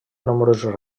nombrosos